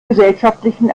gesellschaftlichen